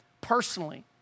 personally